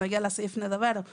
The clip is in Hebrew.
כשנגיע לסעיף נדבר על זה,